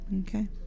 okay